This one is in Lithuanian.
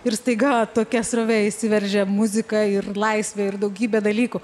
ir staiga tokia srovė įsiveržė muzika ir laisvė ir daugybė dalykų